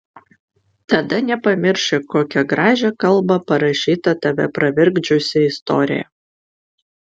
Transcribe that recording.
tada nepamirši kokia gražia kalba parašyta tave pravirkdžiusi istorija